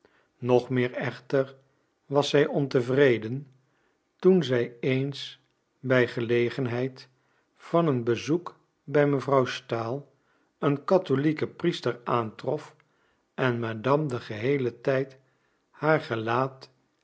nog meer echter was zij ontevreden toen zij eens bij gelegenheid van een bezoek bij madame stahl een catholieken priester aantrof en madame den geheelen tijd haar gelaat